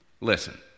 Listen